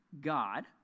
God